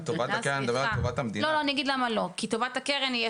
טובת הקרן, אני מדבר על טובת המדינה.